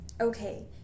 okay